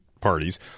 parties